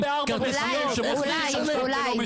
אולי, אולי, אולי.